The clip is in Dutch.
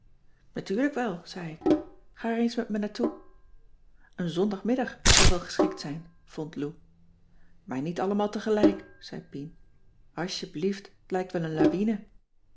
natuurlijk wel zei ik ga er eens met me naar toe n zondagmiddag zou wel geschikt zijn vond lou maar niet allemaal tegelijk zei pien asjeblieft t lijkt wel een lawine